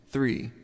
three